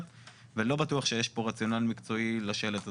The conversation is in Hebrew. ולא בטוח שיש פה רציונאל מקצועי לשלט הזה.